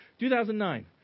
2009